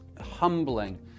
humbling